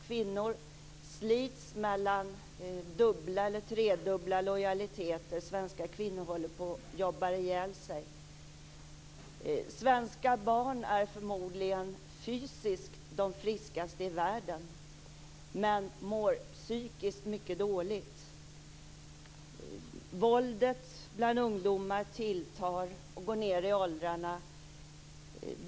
Kvinnor slits mellan dubbla eller tredubbla lojaliteter. Svenska kvinnor håller på att jobba ihjäl sig. Svenska barn är förmodligen fysiskt de friskaste i världen, men de mår psykiskt mycket dåligt. Våldet bland ungdomar tilltar och går ned i åldrarna.